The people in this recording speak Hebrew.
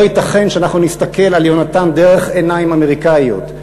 לא ייתכן שאנחנו נסתכל על יהונתן דרך עיניים אמריקניות.